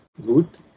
good